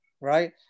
right